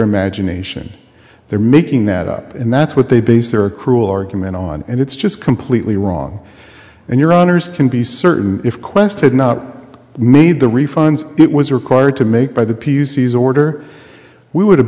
imagination they're making that up and that's what they base their cruel argument on and it's just completely wrong and your honour's can be certain if qwest had not made the refunds it was required to make by the pc's order we would have